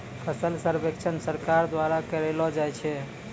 फसल सर्वेक्षण सरकार द्वारा करैलो जाय छै